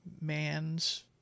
Man's